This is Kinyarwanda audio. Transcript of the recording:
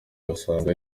basanga